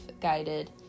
guided